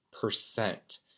percent